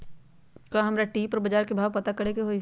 का हमरा टी.वी पर बजार के भाव पता करे के होई?